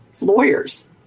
lawyers